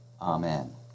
Amen